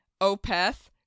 Opeth